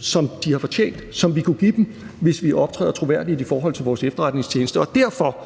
som de har fortjent, og som vi kunne give dem, hvis vi optræder troværdigt i forhold til vores efterretningstjenester. Derfor